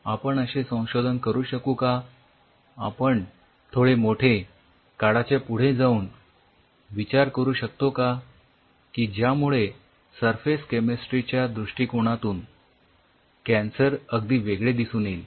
आपण असे संशोधन करू शकू का आपण थोडे मोठे काळाच्या पुढे जाऊन विचार करू शकतो का की ज्यामुळे सरफेस केमिस्ट्री च्या दृष्टीकोणातून कॅन्सर अगदी वेगळे दिसून येईल